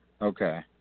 Okay